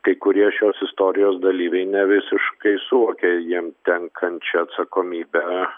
kai kurie šios istorijos dalyviai nevisiškai suvokia jiem tenkančią atsakomybę